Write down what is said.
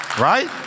Right